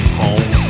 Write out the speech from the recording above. home